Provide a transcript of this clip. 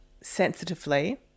sensitively